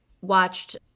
watched